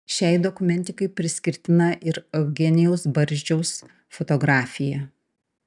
šiai dokumentikai priskirtina ir eugenijaus barzdžiaus fotografija